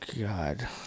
god